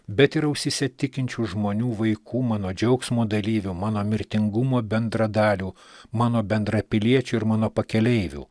bet ir ausyse tikinčių žmonių vaikų mano džiaugsmo dalyvių mano mirtingumo bendradalių mano bendrapiliečių ir mano pakeleivių